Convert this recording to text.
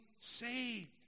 saved